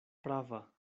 prava